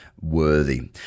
worthy